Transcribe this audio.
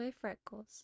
freckles